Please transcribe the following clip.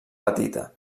petita